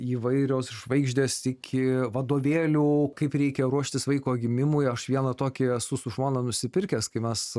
įvairios žvaigždės tiki vadovėlio kaip reikia ruoštis vaiko gimimui aš viena tokia esu su žmona nusipirkęs kai mes